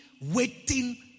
waiting